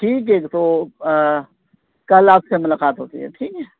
ٹھیک ہے تو کل آپ سے ملاقات ہوتی ہے ٹھیک ہے